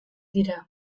dira